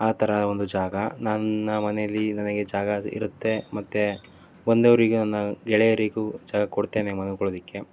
ಆ ಥರ ಒಂದು ಜಾಗ ನನ್ನ ಮನೆಯಲ್ಲಿ ನನಗೆ ಜಾಗ ಇರುತ್ತೆ ಮತ್ತು ಬಂದವರಿಗೆ ನನ್ನ ಗೆಳೆಯರಿಗು ಜಾಗ ಕೊಡ್ತೇನೆ ಮಲ್ಕೊಳ್ಳೋದಕ್ಕೆ